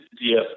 Yes